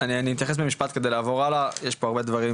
אז אני אתייחס במשפט אחד על מנת שנוכל לעבור הלאה,